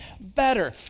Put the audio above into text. better